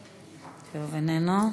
איננו.